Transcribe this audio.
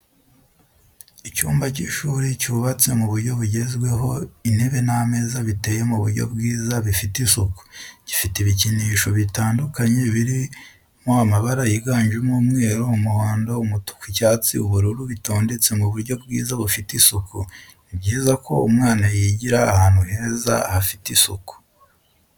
Icyumba cy'ishuri cyubatse mu buryo bugezweho intebe n'ameza biteye mu buryo bwiza bifite isuku, gifite ibikinisho bitandukanye biri mabara yiganjemo umweru, umuhondo, umutuku. icyatsi ubururu bitondetse mu buryo bwiza bufite isuku, ni byiza ko umwana yigira ahantu heza hafite isuku.